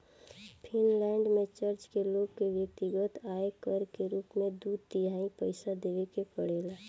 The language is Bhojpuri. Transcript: फिनलैंड में चर्च के लोग के व्यक्तिगत आय कर के रूप में दू तिहाई पइसा देवे के पड़ेला